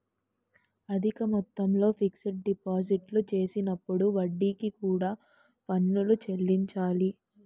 అధిక మొత్తంలో ఫిక్స్ డిపాజిట్లు చేసినప్పుడు వడ్డీకి కూడా పన్నులు చెల్లించాలి